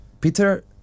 Peter